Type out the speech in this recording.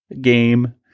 game